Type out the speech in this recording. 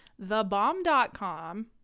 Thebomb.com